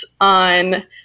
on